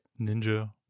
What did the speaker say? Ninja